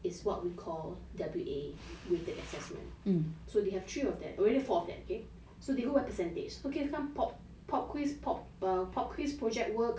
it's what we call W_A with the assessment so they have three of them already four of them eh so they go by percentage okay some pop pop quiz pop po~ project work